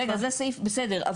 רגע, זה סעיף, בסדר.